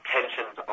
Tensions